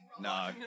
No